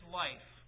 life